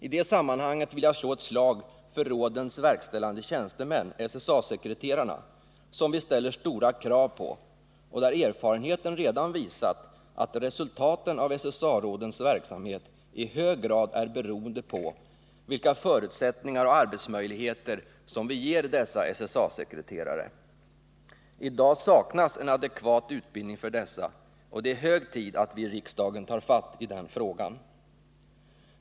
I det sammanhanget vill jag slå ett slag för rådens verkställande tjänstemän, SSA-sekreterarna, som vi ställer stora krav på och där erfarenheten redan visat att resultaten av SSA-rådens verksamhet i hög grad är beroende av vilka förutsättningar och arbetsmöjligheter vi ger dessa SSA-sekreterare. I dag saknas en adekvat utbildning för dessa, och det är hög tid att vi i riksdagen tar fatt i den frågan.